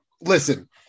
listen